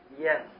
Yes